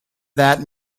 that